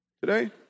today